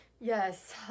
Yes